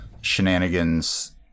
shenanigans